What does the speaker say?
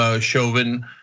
Chauvin